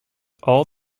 all